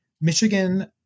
Michigan